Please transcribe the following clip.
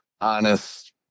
honest